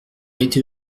été